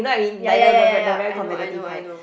ya ya ya I know I know I know